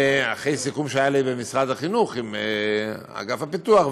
אחרי סיכום שהיה לי במשרד החינוך עם אגף הפיתוח,